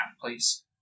please